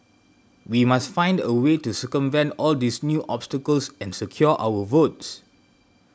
we must find a way to circumvent all these new obstacles and secure our votes